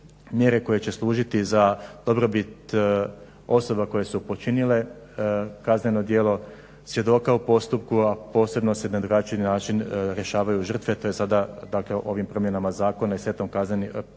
mjere koje će služiti za dobrobit osoba koje su počinile kazneno djelo, svjedoka u postupku, a posebno se na drugačiji način rješavaju žrtve. To je sada, dakle ovim promjenama zakona i setom kazneno-pravnih